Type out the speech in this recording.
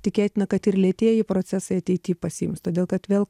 tikėtina kad ir lėtieji procesai ateity pasiims todėl kad vėl